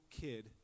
kid